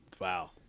wow